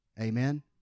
Amen